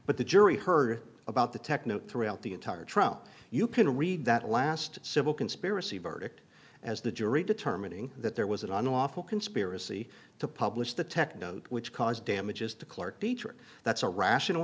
but the jury heard about the tech note throughout the entire trial you can read that last civil conspiracy verdict as the jury determining that there was an unlawful conspiracy to publish the tech note which caused damages to clark beecher that's a rational